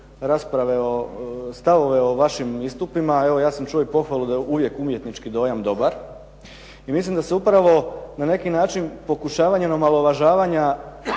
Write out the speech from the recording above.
rasprave o, stavove o vašim istupima, evo ja sam čuo i pohvalu da je uvijek umjetnički dojam dobar i mislim da se upravo na neki način pokušavanjem omalovažavanja